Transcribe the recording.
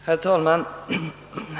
Herr talman!